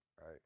right